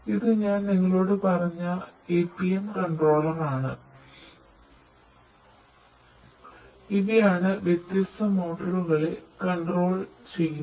ഇത് ഞാൻ നിങ്ങളോടു പറഞ്ഞ എപിഎം കൺട്രോളറാണ്ഇവയാണ് വ്യത്യസ്ത മോട്ടോറുകളെ കൺട്രോൾ ചെയ്യുന്നത്